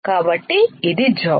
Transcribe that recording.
కాబట్టి ఇది జొల్